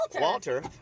Walter